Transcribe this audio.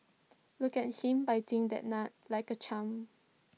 look at him biting that nut like A champ